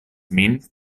min